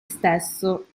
stesso